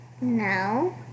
No